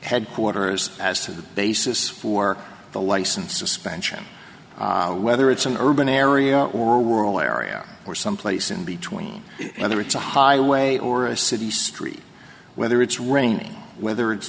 headquarters as to the basis for the license suspension whether it's an urban area or world area or someplace in between whether it's a highway or a city street whether it's raining whether it's